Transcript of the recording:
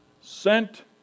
sent